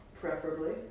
preferably